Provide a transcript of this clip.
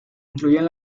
incluyen